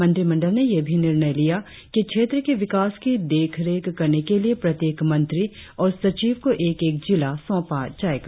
मंत्रिमंडल ने यह भी निर्णय लिया कि क्षेत्र के विकास की देखरेख करने के लिए प्रत्येक मंत्री और सचिव को एक एक जिला सौंपा जाएगा